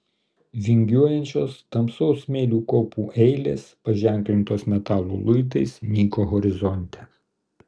vingiuojančios tamsaus smėlio kopų eilės paženklintos metalo luitais nyko horizonte